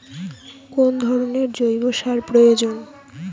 কোন ধরণের জৈব সার প্রয়োজন?